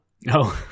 No